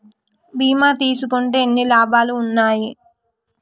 బీమా తీసుకుంటే ఎన్ని లాభాలు ఉన్నాయి?